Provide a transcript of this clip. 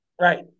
Right